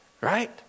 Right